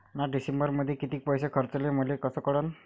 म्या डिसेंबरमध्ये कितीक पैसे खर्चले मले कस कळन?